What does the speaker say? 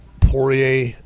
Poirier